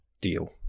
deal